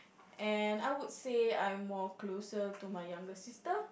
and I would say I'm more closer to my younger sister